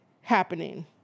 happening